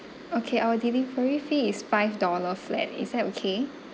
okay our delivery fee is five dollar flat is that okay